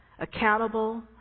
accountable